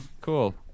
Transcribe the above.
cool